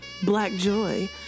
BLACKJOY